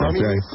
Okay